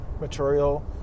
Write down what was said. material